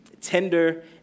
tender